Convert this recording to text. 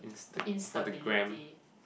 instability